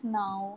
now